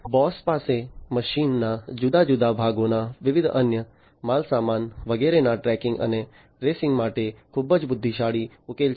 Bosch પાસે મશીનના જુદા જુદા ભાગોના વિવિધ અન્ય માલસામાન વગેરેના ટ્રેકિંગ અને ટ્રેસિંગ માટે ખૂબ જ બુદ્ધિશાળી ઉકેલ છે